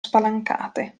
spalancate